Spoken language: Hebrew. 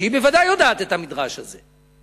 שהיא בוודאי יודעת את המדרש הזה,